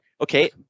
Okay